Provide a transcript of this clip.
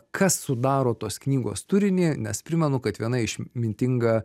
kas sudaro tos knygos turinį nes primenu kad viena išmintinga